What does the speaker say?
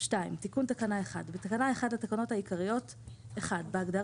תיקון תקנה 1 בתקנה 1 לתקנות העיקריות - בהגדרה